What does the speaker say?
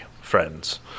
friends